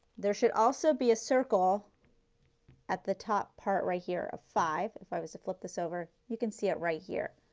there should also be a circle at the top part right here, a five if i was to flip this over. you can see it right here.